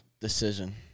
decision